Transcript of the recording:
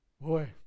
Boy